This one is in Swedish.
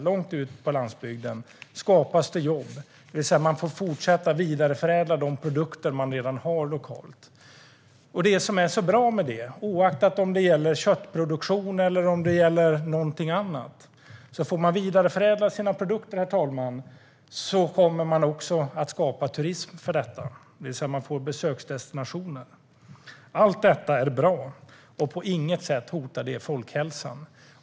Långt ut på landsbygden skapas det jobb. Man får fortsätta att vidareförädla de produkter man redan har lokalt. Herr talman! Det som är så bra med om man får vidareförädla sina produkter, oaktat om det gäller köttproduktion eller någonting annat, är att man kommer att skapa turism för detta. Man får besöksdestinationer. Allt detta är bra och hotar på inget sätt folkhälsan.